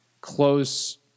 close